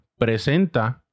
presenta